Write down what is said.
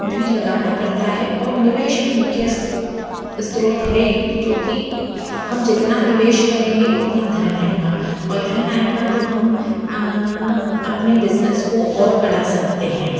भी लगाना पड़ता है और निवेश में मुख्य स्त्रोत है ही क्योंकि हम जितना निवेश करेंगे उतना धन आएंगा और धन आएंगा तो हम अपने बिज़नेस को और बढ़ा सकते हैं